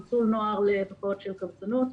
ניצול נוער לתופעות של קבצנות,